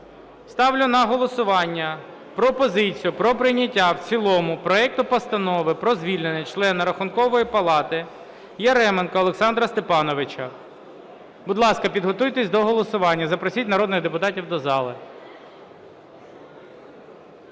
Ставлю на голосування пропозицію про прийняття в цілому проекту Постанови про звільнення члена Рахункової палати Яременка Олександра Степановича. Будь ласка, підготуйтесь до голосування. Запросіть народних депутатів до зали.